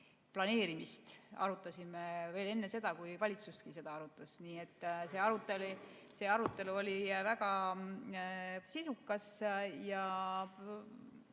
planeerimist arutasime – veel enne seda, kui valitsus seda arutas. See arutelu oli väga sisukas ja